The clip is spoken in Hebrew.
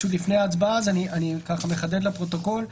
לפני ההצבעה אני מחדד לפרוטוקול,